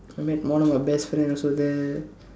I met one of my best friend also there